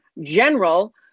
general